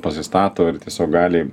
pasistato ir tiesiog gali